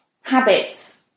habits